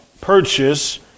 purchase